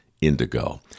Indigo